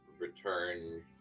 return